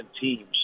teams